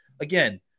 again